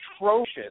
atrocious